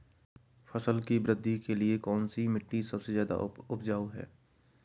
फसल की वृद्धि के लिए कौनसी मिट्टी सबसे ज्यादा उपजाऊ है?